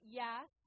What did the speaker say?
yes